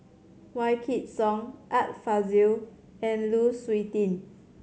Wykidd Song Art Fazil and Lu Suitin